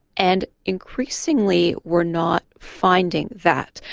and increasingly we're not finding that,